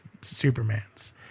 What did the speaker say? Supermans